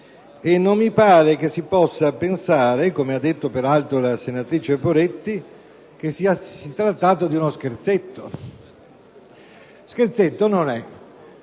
e non mi pare che si possa pensare, come ha detto peraltro la senatrice Poretti, che si sia trattato di uno scherzetto. Non è